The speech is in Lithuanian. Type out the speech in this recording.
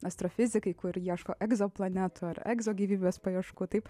astrofizikai kur ieško egzoplanetų ar egzogyvybės paieškų taip